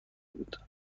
بود